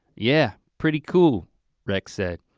yeah, pretty cool rex said.